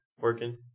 working